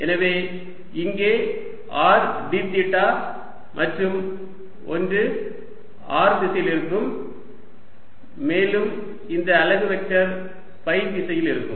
எனவே இங்கே r d தீட்டா மற்றும் ஒன்று r திசையில் இருக்கும் மேலும் இந்த அலகு வெக்டர் ஃபை திசையில் இருக்கும்